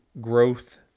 growth